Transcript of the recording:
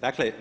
Dakle,